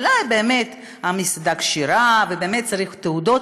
אולי באמת המסעדה כשרה ובאמת צריך תעודות.